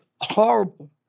horrible